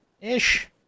ish